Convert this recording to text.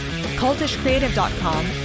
cultishcreative.com